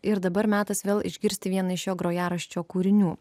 ir dabar metas vėl išgirsti vieną iš jo grojaraščio kūrinių